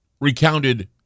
recounted